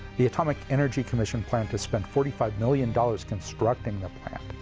the atomic energy commission planned to spend forty five million dollars constructing the plant,